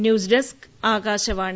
news desk Akashvani